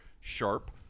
Sharp